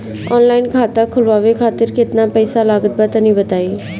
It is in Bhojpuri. ऑनलाइन खाता खूलवावे खातिर केतना पईसा लागत बा तनि बताईं?